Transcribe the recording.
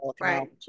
right